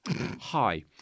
Hi